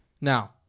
Now